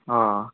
अ